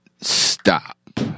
stop